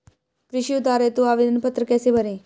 कृषि उधार हेतु आवेदन पत्र कैसे भरें?